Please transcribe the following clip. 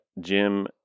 Jim